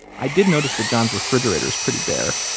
i did notice that john's refrigerator is pretty bare.